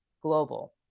Global